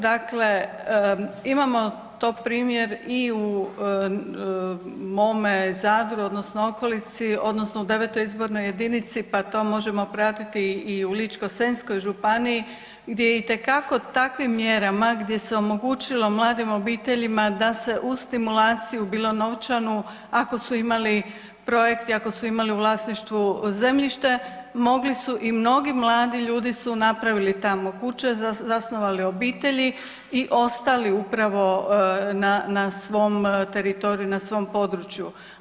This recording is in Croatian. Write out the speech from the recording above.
Dakle, imamo to primjer i u mome Zadru, odnosno okolici, odnosno u 9. izbornoj jedinici, pa to možemo pratiti i u Ličko-senjskoj županiji gdje itekako takvim mjerama, gdje se omogućilo mladim obiteljima da se uz stimulaciju, bilo novčanu, ako su imali projekt i ako su imali u vlasništvu zemljište, mogli su i mnogi mladi ljudi su napravili tamo kuće, zasnovali obitelji i ostali upravo na svom teritoriju, na svom području.